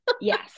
Yes